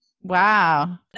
Wow